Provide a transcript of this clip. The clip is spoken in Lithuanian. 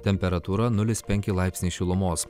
temperatūra nulis penki laipsniai šilumos